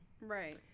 Right